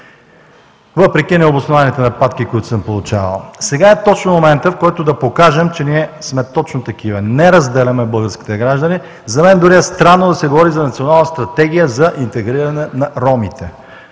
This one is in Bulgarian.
въпреки необоснованите нападки, които съм получавал. Сега е точно моментът, в който да покажем, че ние сме точно такива – не разделяме българските граждани. За мен дори е странно да се говори за Национална стратегия за интегриране на ромите.